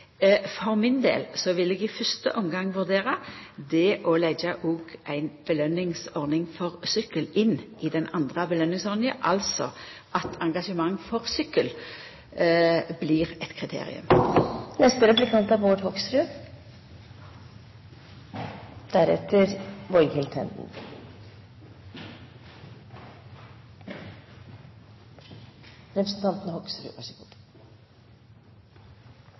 For min del vil eg i fyrste omgang vurdera det å leggja ei belønningsordning for sykkel inn i den andre belønningsordninga, altså at engasjement for sykkel blir eit kriterium. Det er